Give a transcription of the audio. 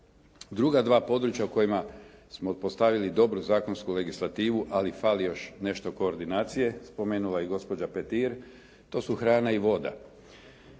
Druga dva područja o kojima smo postavili dobru zakonsku legislativu, ali fali još nešto koordinacije. Spomenula je i gospođa Petir. To su hrana i voda.